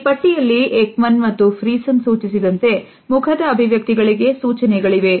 ಈ ಪಟ್ಟಿಯಲ್ಲಿ Ekman ಮತ್ತು Friesen ಸೂಚಿಸಿದಂತೆ ಮುಖದ ಅಭಿವ್ಯಕ್ತಿಗಳಿಗೆ ಸೂಚನೆಗಳಿವೆ